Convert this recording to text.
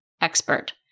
expert